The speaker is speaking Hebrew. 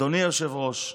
אדוני היושב-ראש,